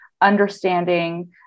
understanding